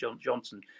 Johnson